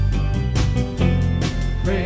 Pray